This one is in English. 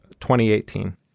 2018